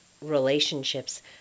relationships